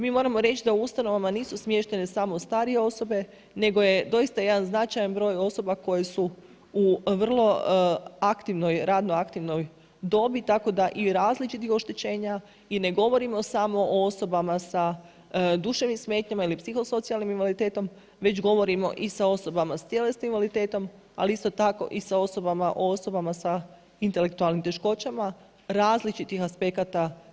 Mi moramo reći da u ustanovama nisu smještene samo starije osobe, nego je doista jedan značajan broj osoba koje su u vrlo aktivnoj, radno aktivnoj dobi tako da i različitih oštećenja i ne govorimo samo o osobama sa duševnim smetnjama ili psihosocijalnim invaliditetom, već govorimo i sa osobama sa tjelesnim invaliditetom, ali isto tako i o osobama sa intelektualnim teškoćama različitih aspekata.